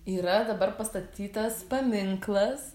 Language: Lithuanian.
yra dabar pastatytas paminklas